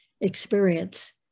experience